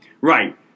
right